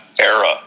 Era